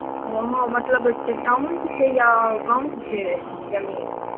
ओ हॅं मतलब तऽ टाउनके छै या गांवके छै जमीन